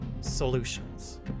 solutions